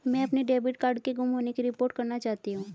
मैं अपने debit card के गुम होने की रिपोर्ट करना चाहती हूँ